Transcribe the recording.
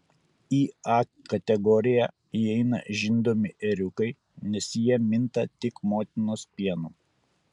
į a kategoriją įeina žindomi ėriukai nes jie minta tik motinos pienu